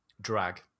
drag